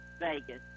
vegas